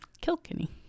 Kilkenny